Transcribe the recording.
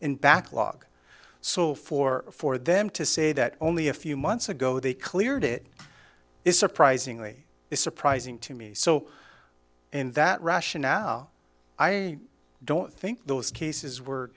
in backlog so for for them to say that only a few months ago they cleared it is surprisingly is surprising to me so in that russia now i don't think those cases were